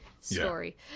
story